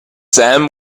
sam